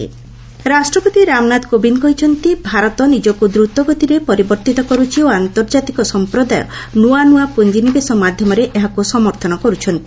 ପ୍ରେଜ୍ ଭିଜିଟ୍ ରାଷ୍ଟ୍ରପତି ରାମନାଥ କୋବିନ୍ଦ କହିଛନ୍ତି ଭାରତ ନିଜକୁ ଦ୍ରତଗତିରେ ପରିବର୍ତ୍ତିତ କରୁଛି ଓ ଆର୍ନ୍ତଜାତିକ ସମ୍ପ୍ରଦାୟ ନୂଆ ନୂଆ ପୁଞ୍ଜିନିବେଶ ମାଧ୍ୟମରେ ଏହାକୁ ସମର୍ଥନ କରୁଛନ୍ତି